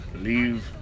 leave